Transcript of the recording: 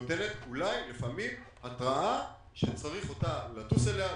שנותנת אולי לפעמים התרעה שצריך לטוס אליה,